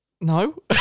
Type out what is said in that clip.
No